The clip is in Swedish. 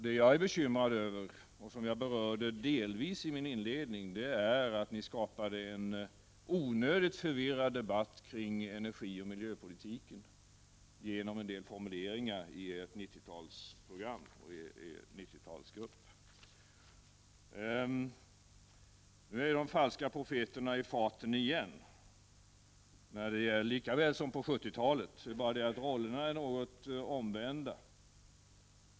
Det jag är bekymrad över och som jag berörde delvis i min inledning är att ni skapat en onödigt förvirrad debatt kring energioch miljöpolitiken genom en del formuleringar i rapporten från er 90-talsgrupp. Nu är de falska profeterna i farten igen, lika väl som på 70-talet. Det är bara det att rollerna är något omvända.